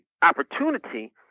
opportunity